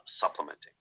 supplementing